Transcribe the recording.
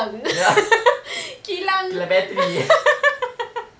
ya kilang battery